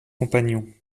compagnons